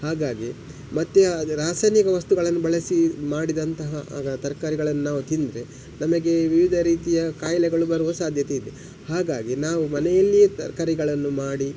ಹಾಗಾಗಿ ಮತ್ತೆ ಅದದು ರಾಸಾಯನಿಕ ವಸ್ತುಗಳನ್ನು ಬಳಸಿ ಮಾಡಿದಂತಹ ತರ್ಕಾರಿಗಳನ್ನು ನಾವು ತಿಂದರೆ ನಮಗೆ ವಿವಿಧ ರೀತಿಯ ಕಾಯಿಲೆಗಳು ಬರುವ ಸಾಧ್ಯತೆ ಇದೆ ಹಾಗಾಗಿ ನಾವು ಮನೆಯಲ್ಲಿಯೆ ತರಕಾರಿಗಳನ್ನು ಮಾಡಿ